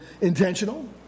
intentional